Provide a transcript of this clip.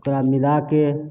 ओकरा मिलाके